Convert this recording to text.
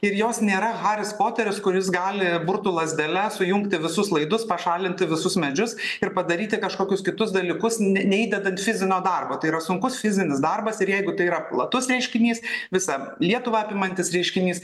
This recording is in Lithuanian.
ir jos nėra haris poteris kuris gali burtų lazdele sujungti visus laidus pašalinti visus medžius ir padaryti kažkokius kitus dalykus ne neįdedant fizinio darbo tai yra sunkus fizinis darbas ir jeigu tai yra platus reiškinys visą lietuvą apimantis reiškinys